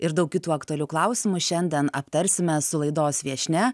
ir daug kitų aktualių klausimų šiandien aptarsime su laidos viešnia